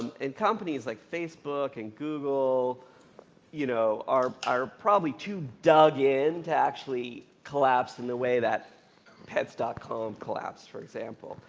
and companies like facebook and google you know are are too dug in to actually collapse in the way that pets dot com collapsed, for example.